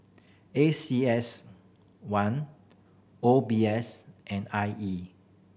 A C S one O B S and I E